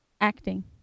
acting